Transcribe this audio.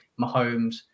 Mahomes